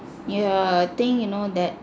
yeah I think you know that